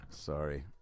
Sorry